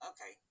Okay